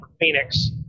Phoenix